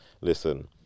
Listen